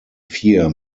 fear